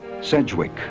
Sedgwick